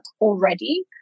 already